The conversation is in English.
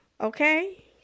Okay